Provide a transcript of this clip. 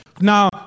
Now